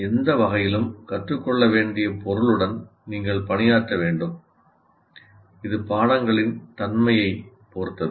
எந்த வகையிலும் கற்றுக்கொள்ள வேண்டிய பொருளுடன் நீங்கள் பணியாற்ற வேண்டும் இது பாடங்களின் தன்மையைப் பொறுத்தது